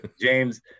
James